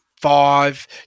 five